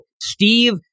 Steve